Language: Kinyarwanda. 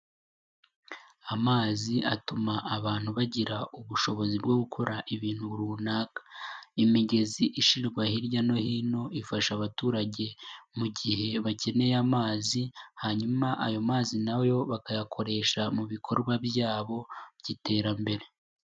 Amazi atuma abantu bagira ubushobozi bwo gukora ibintu runaka, imigezi ishyirwa hirya no hino ifasha abaturage mu gihe bakeneye amazi, hanyuma ayo mazi na yo bakayakoresha mu bikorwa byabo by'iterambere.